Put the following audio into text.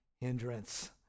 hindrance